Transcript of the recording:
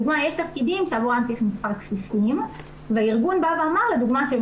יש תפקידים שעבורם צריך מספר כפיפים והארגון בא ואמר לדוגמא,